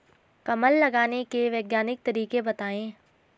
कमल लगाने के वैज्ञानिक तरीके बताएं?